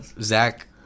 Zach